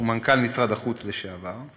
שהוא מנכ”ל משרד החוץ לשעבר,